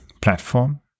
platform